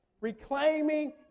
Reclaiming